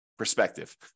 Perspective